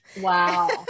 Wow